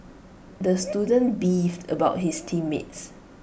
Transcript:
the student beefed about his team mates